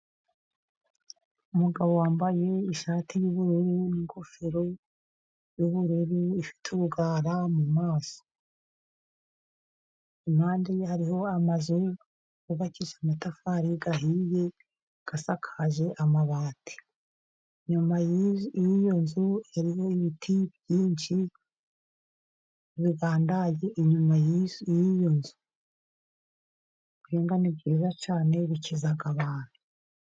Umugabo wambaye ishati y'ubururu n'ingofero y'ubururu ifite urugara mu maso, impande ye hariho amazu yubakishije amatafari ahiye asakaje amabati. Inyuma y'iyo nzu hariho ibiti byinshi bigandaye inyuma y'iyo nzu. Guhinga ni byiza cyane bikiza abantu.